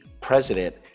president